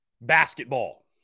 basketball